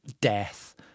death